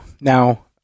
Now